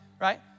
right